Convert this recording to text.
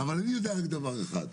אבל אני יודע דבר אחד,